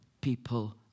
people